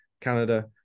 Canada